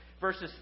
verses